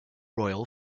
royal